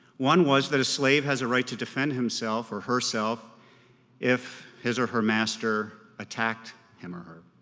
one was that a slave has a right to defend himself or herself if his or her master attacked him or